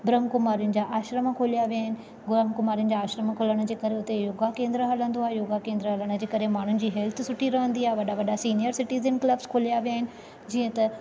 ब्रह्माकुमारियुनि जा आश्रम खोलिया विया आहिनि ब्रह्माकुमारियुनि जा आश्रम खुलण जे करे हुते योगा केंद्र हलंदो आहे योगा केंद्र हलण जे करे माण्हुनि जी हैल्थ सुठी रहंदी आहे वॾा वॾा सीनिअर सीटीज़न क्लब्स खोलिया विया आहिनि जीअं त